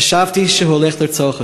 חשבתי שהוא הולך לרצוח אותי.